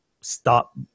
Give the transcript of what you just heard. stop